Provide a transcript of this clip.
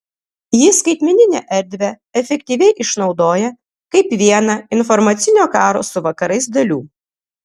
ji skaitmeninę erdvę efektyviai išnaudoja kaip vieną informacinio karo su vakarais dalių